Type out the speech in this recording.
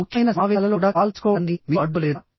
ముఖ్యమైన సమావేశాలలో కూడా కాల్ తీసుకోవడాన్ని మీరు అడ్డుకోలేదా